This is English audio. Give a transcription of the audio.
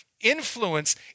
influence